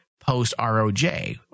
post-ROJ